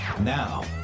now